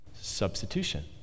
Substitution